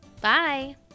Bye